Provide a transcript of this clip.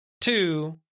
two